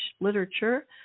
literature